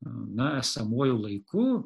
na esamuoju laiku